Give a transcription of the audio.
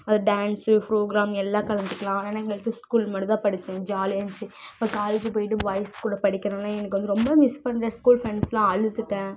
அது dance programme எல்லாம் கலந்துக்கலாம் ஆனால் நான் இங்கே வரைக்கும் ஸ்கூல் மட்டுந்தான் படித்தேன் ஜாலியாக இருந்துச்சு இப்போ காலேஜு போய்ட்டு பாய்ஸ் ஸ்கூல்ல படிக்கணும்னா எனக்கு வந்து ரொம்ப மிஸ் பண்ணுறேன் ஸ்கூல் ஃப்ரெண்ட்ஸ்லாம் அழுதுவிட்டேன்